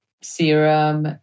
serum